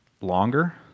longer